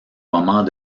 moment